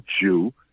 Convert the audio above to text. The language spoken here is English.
Jew